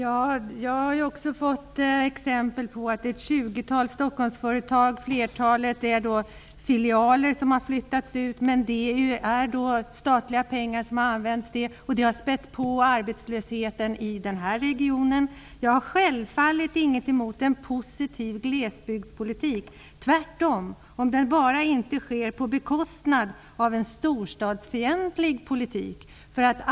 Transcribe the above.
Herr talman! Jag har fått exempel på att ett tjugotal Stockholmsföretag, flertalet filialer, har flyttats ut. Det är statliga pengar som har använt till det. Det har spätt på arbetslösheten i denna region. Jag har självfallet ingenting emot en positiv glesbygdspolitik, tvärtom. Den får bara inte ske till kostnaden av en storstadsfientlig politik.